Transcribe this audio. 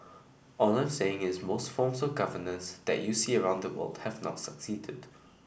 all I'm saying is most forms of governance that you see around the world have not succeeded